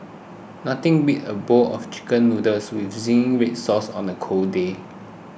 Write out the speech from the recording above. nothing beats a bowl of Chicken Noodles with Zingy Red Sauce on a cold day